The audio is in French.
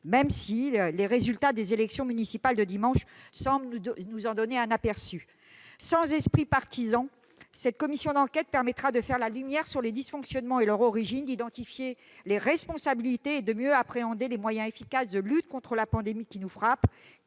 : les résultats des municipales de dimanche semblent nous donner un aperçu de ce jugement. Sans esprit partisan, cette commission d'enquête permettra de faire la lumière sur les dysfonctionnements et leur origine, d'identifier les responsabilités et de mieux appréhender les moyens efficaces de lutte contre la pandémie qui nous frappe.